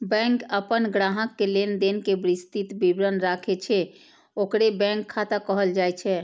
bank अपन ग्राहक के लेनदेन के विस्तृत विवरण राखै छै, ओकरे बैंक खाता कहल जाइ छै